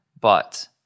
But-